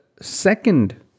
second